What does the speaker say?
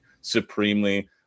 supremely